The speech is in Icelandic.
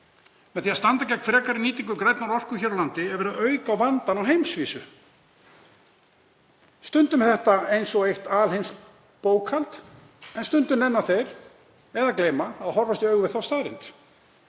Með því að standa gegn frekari nýtingu grænnar orku hér á landi er verið að auka á vandann á heimsvísu. Stundum er þetta eins og eitt alheimsbókhald en stundum nenna þeir ekki eða gleyma að horfast í augu við þá staðreynd.